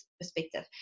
perspective